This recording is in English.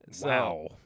Wow